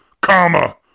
comma